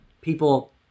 people